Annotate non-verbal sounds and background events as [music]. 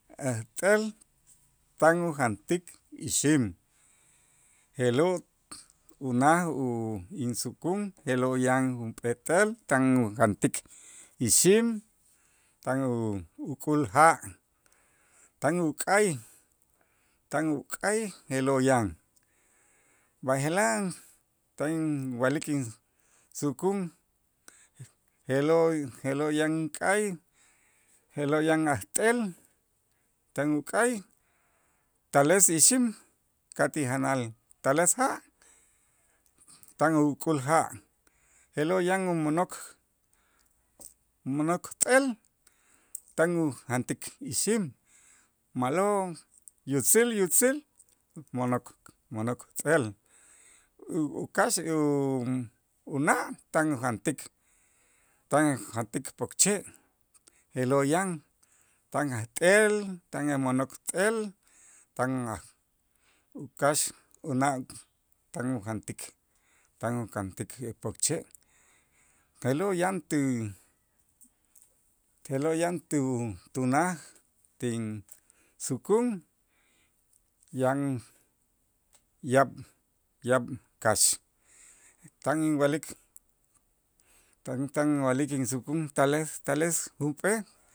Ajt'el tan ujantik ixim je'lo' unaj u insukun je'lo' yan junp'eel t'el tan ujantik ixim, tan u- uk'ul ja', tan uk'ay tan uk'ay je'lo' yan, b'aje'laj tan inwa'lik insukun [noise] je'lo' je'lo' yan k'ay je'lo' yan ajt'el tan uk'ay tales ixim ka' ti janal, tales ja' tan uk'ul ja', je'lo' yan umo'nok mo'nok t'el tan ujantik ixim ma'lo' yutzil yutzil mo'nok mo'nok t'el u- ukax u- una' tan ujantik tan ujantik pokche' je'lo' yan tan ajt'el, tan ajmo'nok t'el tan a ukax una' tan ujantik, tan ujantik pokche' te'lo' yan ti te'lo' yan tu- tunaj tinsukun yan yaab' yaab' kax, tan inwa'lik [unintelligible] tan inwa'lik insukun tales tales junp'ee